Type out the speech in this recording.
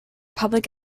public